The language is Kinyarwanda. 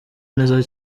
neza